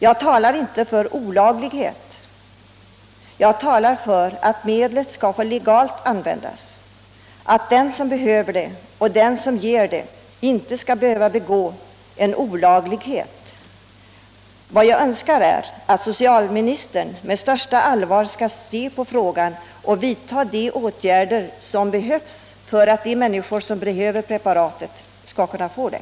Jag talar inte för olaglighet. Jag talar för att medlet skall få användas legalt, att den som behöver det och den som ger det inte skall behöva begå en olaglighet. Vad jag önskar är att socialministern med största allvar skall se på frågan och vidta de åtgärder som är nödvändiga för att de människor som behöver preparatet skall få det.